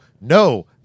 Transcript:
no